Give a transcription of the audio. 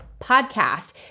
podcast